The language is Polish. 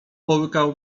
połykał